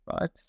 right